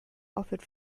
offered